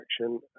action